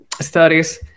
studies